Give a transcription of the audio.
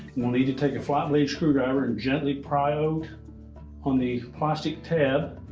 we'll need to take a flat-blade screwdriver and gently pry out on the plastic tab